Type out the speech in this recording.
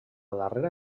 darrera